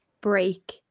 break